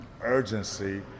urgency